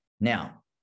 Now